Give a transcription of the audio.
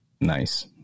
Nice